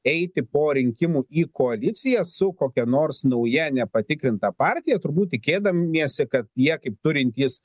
eiti po rinkimų į koaliciją su kokia nors nauja nepatikrinta partija turbūt tikėdamiesi kad jie kaip turintys